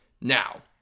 Now